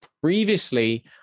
previously